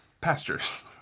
pastures